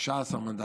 16 מנדטים,